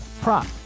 prop